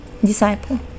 Disciple